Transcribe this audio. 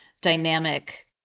dynamic